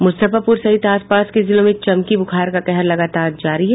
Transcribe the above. मुजफ्फरपुर सहित आसपास के जिलों में चमकी बुखार का कहर लगातार जारी है